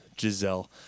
Giselle